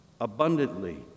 abundantly